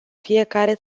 fiecare